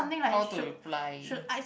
how to reply